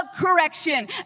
correction